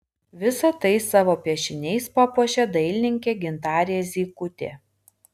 visa tai savo piešiniais papuošė dailininkė gintarė zykutė